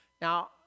Now